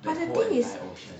but the thing is